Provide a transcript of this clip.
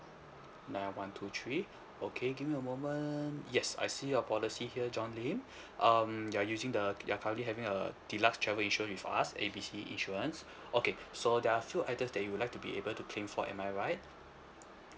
nine one two three okay give me a moment yes I see your policy here john lim um you're using the you're currently having a deluxe travel insurance with us A B C insurance okay so there are few items that you would like to be able to claim for am I right